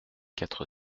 quatre